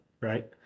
right